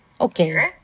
Okay